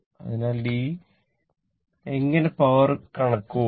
അതിനാൽ ഈ ഇങ്ങനെ പവർ കണക്കുകൂട്ടി